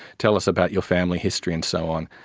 tell us about your family history and so on.